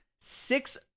six